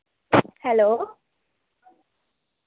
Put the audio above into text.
hello